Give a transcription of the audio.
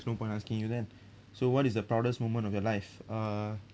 no point asking you then so what is the proudest moment of your life uh